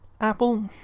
apple